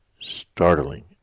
startling